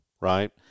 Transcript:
right